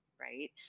Right